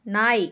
நாய்